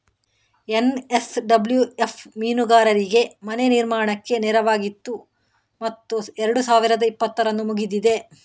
NSWF ಮೀನುಗಾರರಿಗೆ ಮನೆ ನಿರ್ಮಾಣಕ್ಕೆ ನೆರವಾಗಿತ್ತು ಮತ್ತು ಎರಡು ಸಾವಿರದ ಇಪ್ಪತ್ತರಂದು ಮುಗಿದಿದೆ